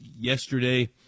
yesterday